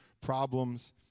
problems